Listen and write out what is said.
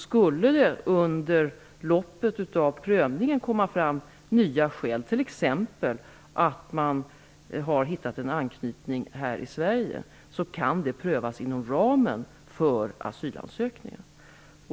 Skulle det under loppet av prövningen komma fram nya skäl, t.ex. att man har hittat en anknytning här i Sverige, kan det prövas inom ramen för asylansökan.